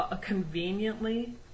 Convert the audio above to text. conveniently